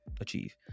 achieve